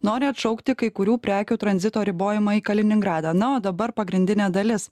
nori atšaukti kai kurių prekių tranzito ribojimą į kaliningradą na o dabar pagrindinė dalis